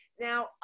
Now